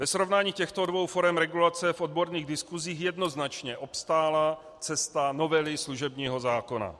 Ve srovnání těchto dvou forem regulace v odborných diskusích jednoznačně obstála cesta novely služebního zákona.